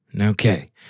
okay